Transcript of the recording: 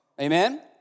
Amen